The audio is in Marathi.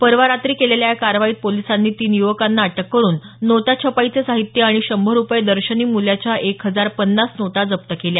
परवा रात्री केलेल्या या कारवाईत पोलिसांनी तीन य्वकांना अटक करून नोटा छपाईचं साहित्य आणि शंभर रुपये दर्शनी मूल्याच्या एक हजार पन्नास नोटा जप्त केल्या